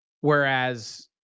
whereas